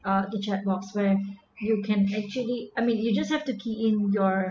uh a chat box where you can actually I mean you just have to key in your